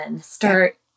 Start